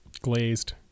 Glazed